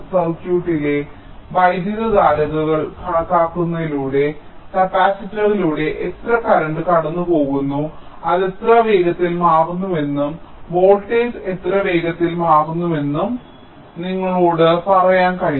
സർക്യൂട്ടിലെ വൈദ്യുതധാരകൾ കണക്കാക്കുന്നതിലൂടെ കപ്പാസിറ്ററിലൂടെ എത്ര കറണ്ട് കടന്നുപോകുന്നു അത് എത്ര വേഗത്തിൽ മാറുന്നുവെന്നും വോൾട്ടേജ് എത്ര വേഗത്തിൽ മാറുന്നുവെന്നും നിങ്ങളോട് പറയാൻ കഴിയും